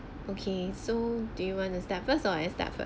okay so do you want to start first or I start first